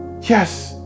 yes